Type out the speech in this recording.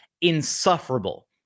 insufferable